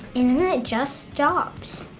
and then it just stops.